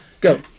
Go